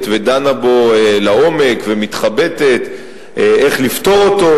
ודנה בו לעומק ומתחבטת איך לפתור אותו,